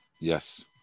Yes